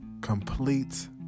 Complete